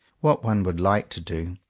what one would like to do,